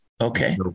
Okay